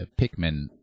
Pikmin